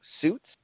suits